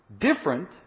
different